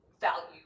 value